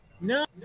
No